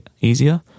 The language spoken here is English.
easier